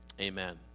amen